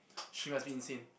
she must be insane